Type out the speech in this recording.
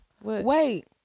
Wait